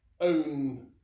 own